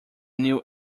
new